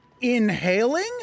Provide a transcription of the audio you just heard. inhaling